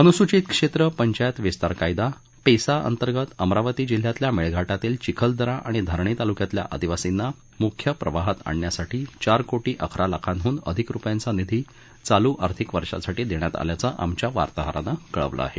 अनुसूचित क्षेत्र पंचायत विस्तार कायदा पेसा अंतर्गत अमरावती जिल्ह्यातल्या मेळघाटातील चिखलदरा आणि धारणी तालुक्यातील आदिवासींना मुख्य प्रवाहात आणण्यासाठी चार कोटी अकरा लाखाहून अधिक रुपयांचा निधी चालू आर्थिक वर्षासाठी देण्यात आल्याचं आमच्या वार्ताहारानं कळवलं आहे